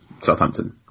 Southampton